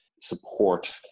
support